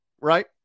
right